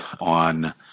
on